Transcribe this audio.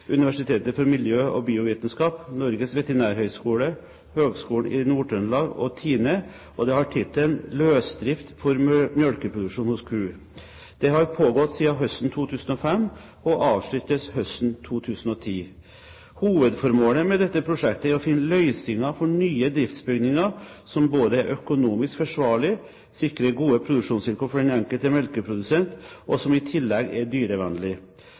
Universitetet for miljø og biovitenskap, Norges veterinærhøgskole, Høgskolen i Nord-Trøndelag og TINE, og det har tittelen «Løsdrift for mjølkeproduksjon hos ku». Det har pågått siden høsten 2005 og avsluttes høsten 2010. Hovedformålet med dette prosjektet er å finne løsninger for nye driftsbygninger som både er økonomisk forsvarlige, sikrer gode produksjonsvilkår for den enkelte melkeprodusent, og som i tillegg er